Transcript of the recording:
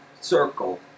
circle